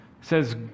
says